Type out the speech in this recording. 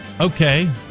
Okay